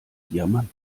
diamant